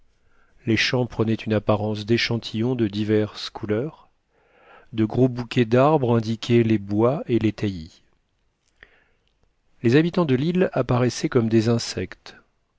les champs prenaient une apparence d'échantillons de diverses couleurs de gros bouquets d'arbres indiquaient les bois et les taillis les habitants de l'île apparaissaient comme des insectes